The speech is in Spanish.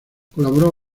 colaboró